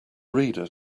reader